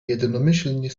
jednomyślnie